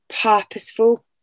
purposeful